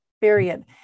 period